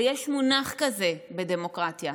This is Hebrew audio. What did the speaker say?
ויש מונח כזה בדמוקרטיה,